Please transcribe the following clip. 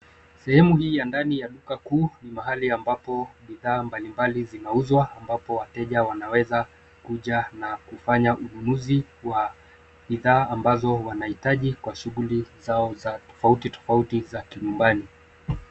Sehemu hii ya ndani ya duka kuu ni mahali ambapo bidhaa mbalimbali zinauzwa ambapo wateja wanaweza kuja na kufanya ununuzi wa bidhaa ambazo wanaitaji kwa shughuli zao tofauti tofauti za kinyumbani.